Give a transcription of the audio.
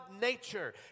nature